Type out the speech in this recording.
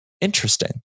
Interesting